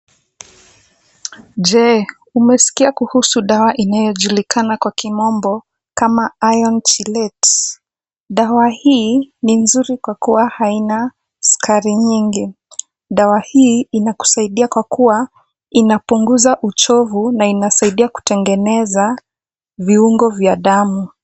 Je, umesikia kuhusu dawa inayojulikana kwa kimombo kama Iron chelate. Dawa hii ni nzuri kwa kuwa haina sukari nyingi. Dawa hii inakusaidia kwa kuwa inapunguza uchovu na inasaidia kutengeneza viungo vya damu.